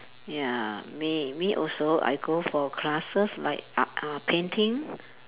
ya me me also I go for classes like uh painting